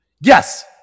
Yes